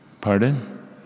Pardon